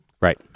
Right